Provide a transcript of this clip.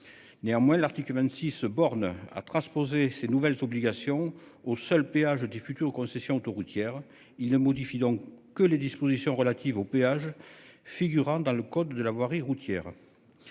Néanmoins l'Arctique 26 se borne à transposer ces nouvelles obligations au seul péage des futures concessions autoroutières ils ne modifie donc que les dispositions relatives au péage figurant dans le code de la voirie routière.